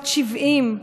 בת 70,